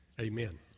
Amen